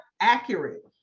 accurate